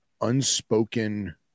unspoken